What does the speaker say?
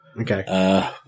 Okay